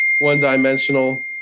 one-dimensional